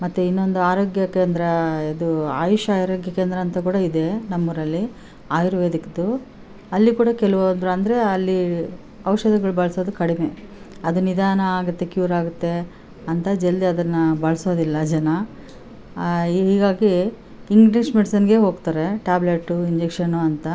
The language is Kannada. ಮತ್ತು ಇನ್ನೊಂದು ಆರೋಗ್ಯ ಕೇಂದ್ರ ಇದೂ ಆಯುಷ್ ಆರೋಗ್ಯ ಕೇಂದ್ರ ಅಂತ ಕೂಡ ಇದೇ ನಮ್ಮೂರಲ್ಲಿ ಆಯುರ್ವೇದಿಕ್ದೂ ಅಲ್ಲಿ ಕೂಡ ಕೆಲುವ್ರುದ್ ಅಂದರೆ ಅಲ್ಲೀ ಔಷಧಿಗಳ್ ಬಳ್ಸೋದು ಕಡಿಮೆ ಅದು ನಿಧಾನ ಆಗುತ್ತೆ ಕ್ಯೂರ್ ಆಗುತ್ತೆ ಅಂತ ಜಲ್ದಿ ಅದನ್ನು ಬಳ್ಸೋದಿಲ್ಲ ಜನ ಹೀಗಾಗಿ ಇಂಗ್ಲೀಷ್ ಮೆಡಿಸಿನ್ಗೆ ಹೋಗ್ತಾರೆ ಟ್ಯಾಬ್ಲೆಟು ಇಂಜೆಕ್ಷನು ಅಂತ